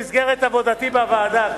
במסגרת עבודתי בוועדה,